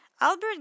Albert